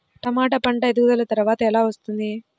టమాట పంట ఎదుగుదల త్వరగా ఎలా వస్తుంది?